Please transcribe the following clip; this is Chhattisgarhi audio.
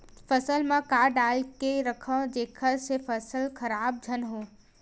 फसल म का डाल के रखव जेखर से फसल खराब झन हो?